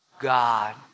God